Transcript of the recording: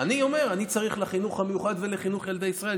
אני אומר: אני צריך לחינוך המיוחד ולחינוך ילדי ישראל,